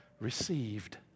received